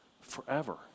forever